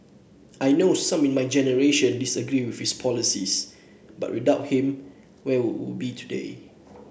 I know some in my generation disagree with his policies but without him where would we be today